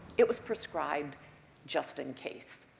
it was prescribed just in case.